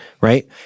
Right